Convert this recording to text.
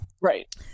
Right